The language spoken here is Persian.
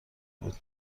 بود